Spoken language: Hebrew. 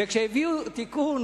כשהביאו תיקון